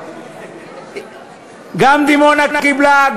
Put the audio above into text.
גם דימונה קיבלה,